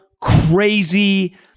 crazy